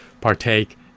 partake